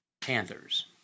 panthers